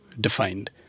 defined